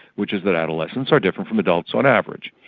which is that adolescents are different from adults on average.